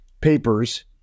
papers